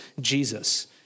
Jesus